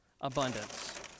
abundance